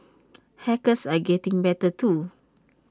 hackers are getting better too